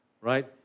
right